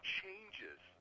changes